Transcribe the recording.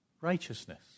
righteousness